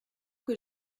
que